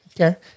Okay